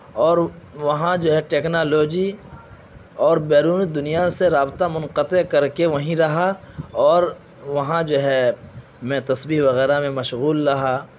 اور وہاں جو ہے ٹکنالوجی اور بیرون دنیا سے رابطہ منقطع کر کے وہیں رہا اور وہاں جو ہے میں تسبیح وغیرہ میں مشغول رہا